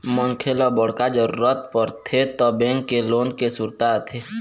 मनखे ल बड़का जरूरत परथे त बेंक के लोन के सुरता आथे